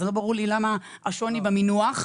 לא ברור לי למה השוני במינוח.